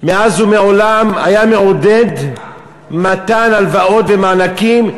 מאז ומעולם היה מעודד מתן הלוואות ומענקים,